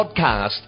podcast